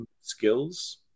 skills